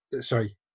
sorry